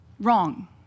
Wrong